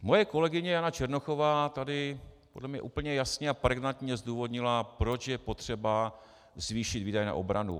Moje kolegyně Jana Černochová tady podle mě úplně jasně a pregnantně zdůvodnila, proč je potřeba zvýšit výdaje na obranu.